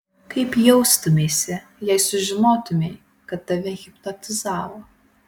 kaip jaustumeisi jei sužinotumei kad tave hipnotizavo